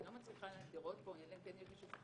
אני לא מצליחה לראות פה אלא אם כן יש מישהו שחולק,